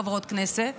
חברות כנסת,